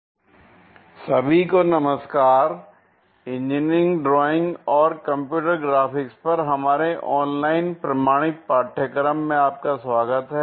orthographic projection II part 1 सभी को नमस्कार l इंजीनियरिंग ड्राइंग और कंप्यूटर ग्राफिक्स पर हमारे ऑनलाइन प्रमाणित पाठ्यक्रम में आपका स्वागत है